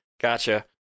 gotcha